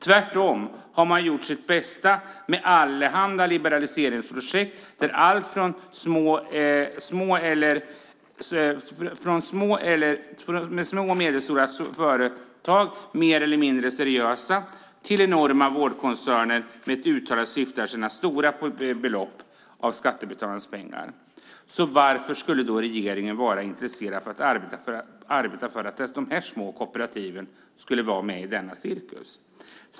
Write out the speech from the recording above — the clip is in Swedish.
Tvärtom har man gjort sitt bästa med allehanda liberaliseringsprojekt när det gäller allt från små eller medelstora företag, mer eller mindre seriösa, till enorma vårdkoncerner med ett uttalat syfte att tjäna stora belopp av skattebetalarnas pengar. Varför skulle regeringen då vara intresserad av att arbeta för att dessa små kooperativ ska vara med i denna cirkus? Herr talman!